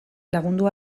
lagundu